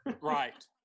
Right